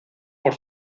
por